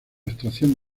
extracción